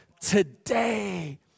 today